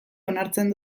onartzen